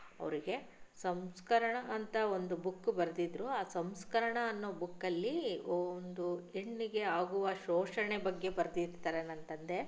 ಅವರಿಗೆ ಸಂಸ್ಕರಣ ಅಂತ ಒಂದು ಬುಕ್ ಬರೆದಿದ್ರು ಆ ಸಂಸ್ಕರಣ ಅನ್ನುವ ಬುಕ್ಕಲ್ಲಿ ಒಂದು ಹೆಣ್ಣಿಗೆ ಆಗುವ ಶೋಷಣೆ ಬಗ್ಗೆ ಬರೆದಿರ್ತಾರೆ ನನ್ನ ತಂದೆ